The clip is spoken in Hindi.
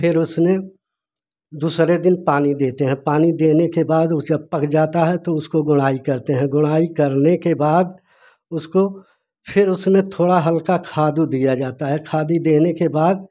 फिर उसमें दूसरे दिन पानी देते हैं पानी देने के बाद वो जब पक जाता है तो उसको गोड़ाई करते हैं गोड़ाई करने के बाद उसको फिर उसमें थोड़ा हल्का खाद ओ दिया जाता है खादी देने के बाद